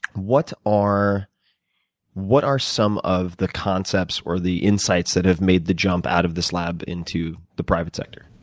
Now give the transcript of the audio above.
what are what are some of the concepts or the insights that have made the jump out of this lab into the private sector?